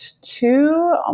two